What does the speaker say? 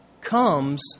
comes